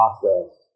process